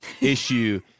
issue